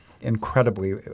Incredibly